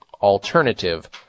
alternative